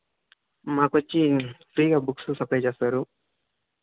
మాకు వచ్చి ఫ్రీగా బుక్స్ సప్లై చేస్తారు